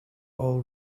all